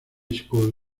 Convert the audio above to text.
school